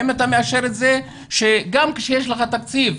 האם אתה מאשר את זה שגם כשיש לך תקציב,